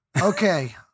Okay